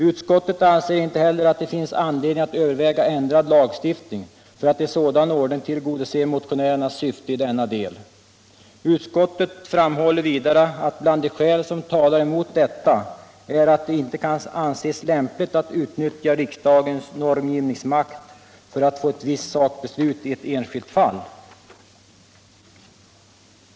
Utskottet anser inte heller att det finns anledning att överväga ändrad lagstiftning för att i sådan ordning tillgodose motionärernas syfte i denna del. Utskottet framhåller vidare att bland de skäl som talar mot detta är att det inte kan anses lämpligt att utnyttja riksdagens normgivningsmakt för att få ett visst sakbeslut i ett enskilt fall.